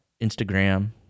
Instagram